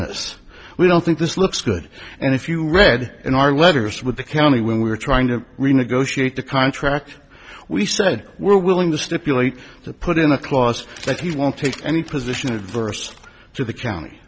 this we don't think this looks good and if you read in our letters with the county when we were trying to renegotiate the contract we said we're willing to stipulate to put in a clause that he won't take any position adverse to the county